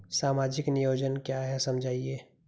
सामाजिक नियोजन क्या है समझाइए?